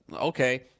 Okay